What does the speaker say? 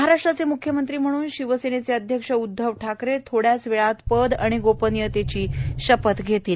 महाराष्ट्राचे म्ख्यमंत्री म्हणून शिवसेनेचे अध्यक्ष उद्धव ठाकरे थोड्याच वेळात पद आणि गोपनियतेची शपथ घेतील